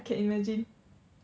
I can imagine